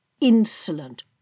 insolent